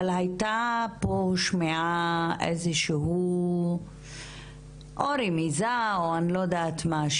אבל נשמעה פה איזושהי רמיזה או אני לא יודעת מה,